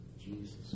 Jesus